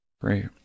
Great